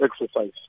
exercise